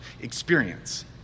experience